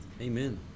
Amen